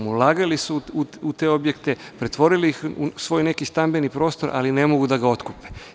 Ulagali su u te objekte, pretvorili ih u svoj neki stambeni prostor, ali ne mogu da ga otkupe.